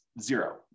zero